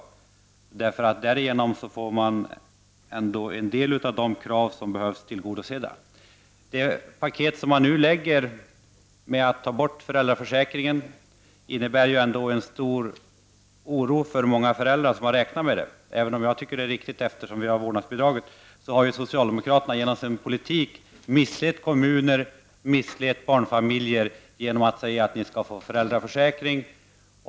Därigenom får man ändå några av de angelägna kraven tillgodosedda. Det paket som nu presenteras, där man tar bort föräldraförsäkringen, innebär ju ändå en stor oro för många föräldrar som har räknat med denna. Även om jag tycker att det är riktigt, eftersom vi har vårdnadsbidraget, har ju socialdemokraterna genom sin politik misslett kommuner och misslett barnfamiljer genom att säga att de skall få föräldraförsäkring.